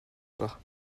pas